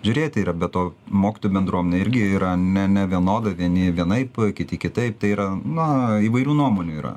žiūrėti yra be to mokytojų bendruomenė irgi yra ne nevienoda vieni vienaip kiti kitaip tai yra na įvairių nuomonių yra